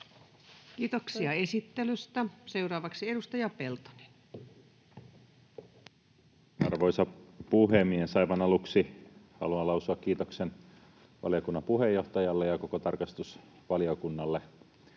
valvonnasta 2022 Time: 17:37 Content: Arvoisa puhemies! Aivan aluksi haluan lausua kiitoksen valiokunnan puheenjohtajalle ja koko tarkastusvaliokunnalle